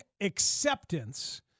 acceptance –